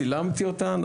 צילמתי אותן,